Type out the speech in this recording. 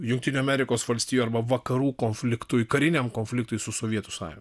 jungtinių amerikos valstijų arba vakarų konfliktui kariniam konfliktui su sovietų sąjunga